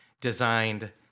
designed